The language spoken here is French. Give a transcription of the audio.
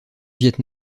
viêt